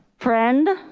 friend.